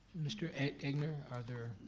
mr. egnor are there?